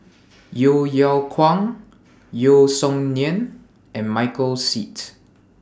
Yeo Yeow Kwang Yeo Song Nian and Michael Seet